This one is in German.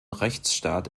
rechtsstaat